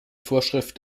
vorschrift